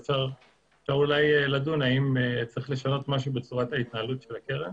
ואפשר אולי לדון אם צריך לשנות משהו בצורת ההתנהלות של הקרן.